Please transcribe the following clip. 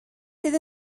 sydd